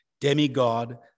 demigod